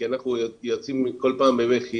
כי אנחנו יוצאים כל פעם בבכי